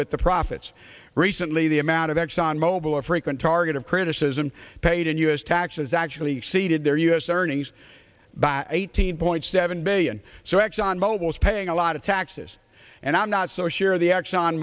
with the profits recently the amount of exxon mobil a frequent target of criticism paid in u s taxes actually exceeded their u s earnings by eighteen point seven billion so exxon mobil is paying a lot of taxes and i'm not so sure the exxon